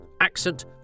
Accent